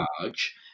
charge